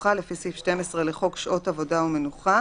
המנוחה לפי סעיף 12 לחוק שעות עבודה ומנוחה,